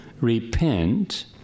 repent